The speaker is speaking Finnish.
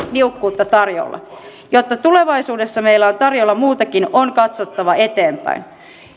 niukkuutta tarjolla jotta tulevaisuudessa meillä on tarjolla muutakin on katsottava eteenpäin